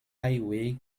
highway